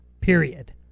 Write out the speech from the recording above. period